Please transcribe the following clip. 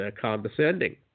condescending